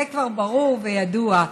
זה כבר ברור וידוע.